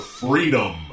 freedom